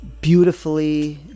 beautifully